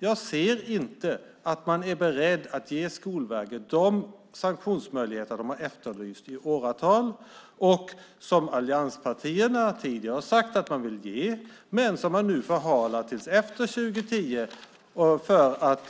Man är inte beredd att ge Skolverket de sanktionsmöjligheter de har efterlyst i åratal och som allianspartierna tidigare har sagt sig vilja ge, men nu förhalar till efter 2010 för att